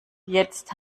jetzt